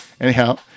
Anyhow